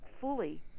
fully